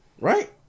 Right